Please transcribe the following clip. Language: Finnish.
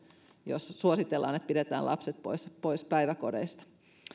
jos suositellaan että pidetään lapset pois pois päiväkodeista